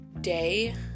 day